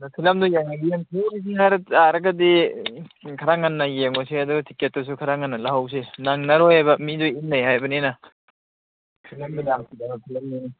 ꯑꯗ ꯐꯤꯂꯝꯗꯨ ꯌꯦꯡꯉꯗꯤ ꯌꯦꯡꯊꯣꯛꯑꯔꯁꯤ ꯍꯥꯏꯕ ꯇꯥꯔꯒꯗꯤ ꯈꯔ ꯉꯟꯅ ꯌꯦꯡꯉꯨꯁꯤ ꯑꯗꯨꯒ ꯇꯤꯀꯦꯠꯇꯨꯁꯨ ꯈꯔ ꯉꯟꯅ ꯂꯧꯍꯧꯁꯤ ꯅꯪꯅꯔꯣꯏꯕ ꯃꯤꯗꯨ ꯏꯟꯅꯩ ꯍꯥꯏꯕꯅꯤꯅ ꯐꯤꯂꯝꯗꯨ ꯌꯥꯝ ꯐꯖꯕ ꯐꯤꯂꯝꯅꯤ